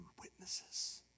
witnesses